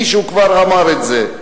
מישהו כבר אמר את זה.